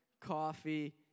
coffee